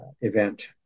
event